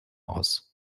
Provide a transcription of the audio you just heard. aus